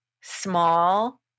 small